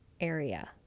Area